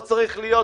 לא צריך להיות בקי,